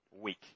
weak